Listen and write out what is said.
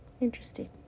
interesting